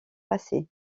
passé